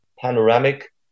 panoramic